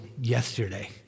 yesterday